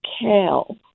kale